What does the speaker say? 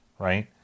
Right